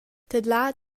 tedlar